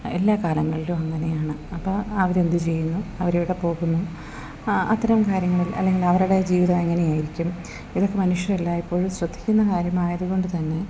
എല്ലാ കാലങ്ങളിലും അങ്ങനെയാണ് അപ്പം അവർ എന്തു ചെയ്യുന്നു അവർ എവിടെ പോകുന്നു അത്തരം കാര്യങ്ങളിൽ അല്ലെങ്കിൽ അവരുടെ ജീവിതം എങ്ങനെ ആയിരിക്കും ഇതൊക്കെ മനുഷ്യർ എല്ലായിപ്പോഴും ശ്രദ്ധിക്കുന്ന കാര്യം ആയതുകൊണ്ട് തന്നെ